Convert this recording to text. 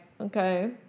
okay